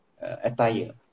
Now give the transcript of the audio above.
attire